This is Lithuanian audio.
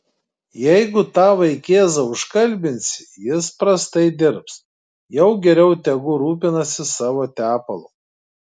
jeigu tą vaikėzą užkalbinsi jis prastai dirbs jau geriau tegu rūpinasi savo tepalu